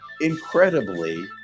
incredibly